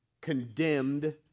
condemned